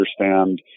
understand